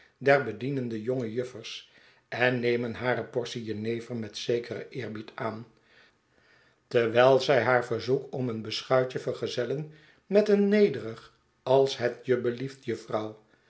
der bedienende jonge juffers en nemen hare portie jenever met zekeren eerbied aan terwijl zij haar verzoek om een beschuitje vergezellen met een nederig als het je blieft jufvrouwl